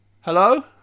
Hello